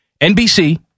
NBC